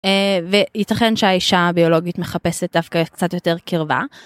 וייתכן שהאישה הביולוגית מחפשת דווקא קצת יותר קרבה.